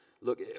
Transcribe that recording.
Look